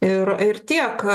ir ir tiek